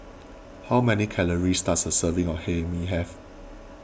how many calories does a serving of Hae Mee have